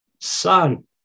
son